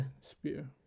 Spear